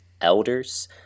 elders